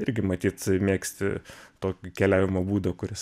irgi matyt mėgsti tokį keliavimo būdą kuris